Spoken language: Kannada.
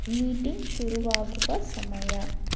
ಮೀಟಿಂಗ್ ಶುರುವಾಗುವ ಸಮಯ